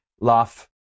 laugh